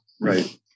Right